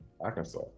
Arkansas